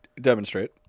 Demonstrate